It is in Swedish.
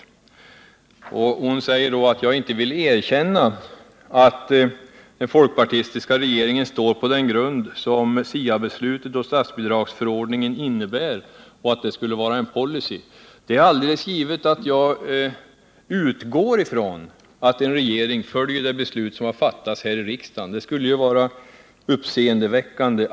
Statsrådet Rodhe säger att jag inte vill erkänna att den folkpartistiska regeringen står på den grund som SIA-beslutet och statsbidragsförordningen innebär och att det skulle vara en policy. Helt givet utgår jag ifrån att en regering följer det beslut som fattats här i riksdagen — något annat skulle ju vara uppseendeväckande.